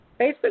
Facebook